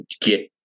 get